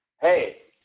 hey